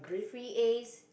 free As